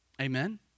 Amen